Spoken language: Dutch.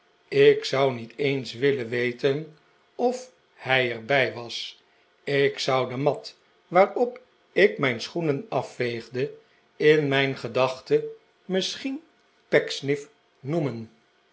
ik zou niet eens willen weten of hij er bij was ik zou de mat waar op ik mijn schoenen afveegde in mijn gedachten misschien pecksniff noemen